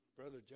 Brother